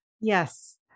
Yes